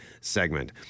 segment